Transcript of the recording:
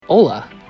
Hola